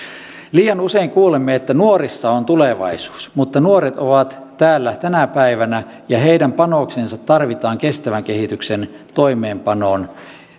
liian usein kuulemme että nuorissa on tulevaisuus mutta nuoret ovat täällä tänä päivänä ja heidän panoksensa tarvitaan kestävän kehityksen toimeenpanoon